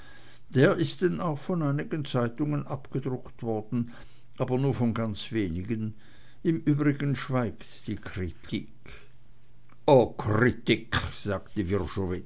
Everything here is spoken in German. der ist denn auch von einigen zeitungen abgedruckt worden aber nur von ganz wenigen im übrigen schweigt die kritik oh krittikk sagte